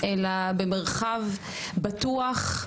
אלא במרחב בטוח,